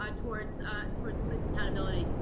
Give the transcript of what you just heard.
ah towards towards police accountability.